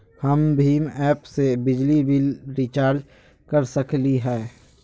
हम भीम ऐप से बिजली बिल रिचार्ज कर सकली हई?